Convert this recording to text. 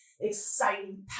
exciting